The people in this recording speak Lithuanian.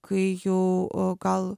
kai jau gal